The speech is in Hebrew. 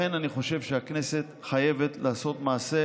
לכן אני חושב שהכנסת חייבת לעשות מעשה.